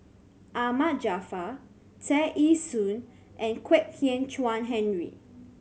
Ahmad Jaafar Tear Ee Soon and Kwek Hian Chuan Henry